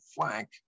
flank